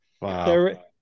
Wow